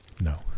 No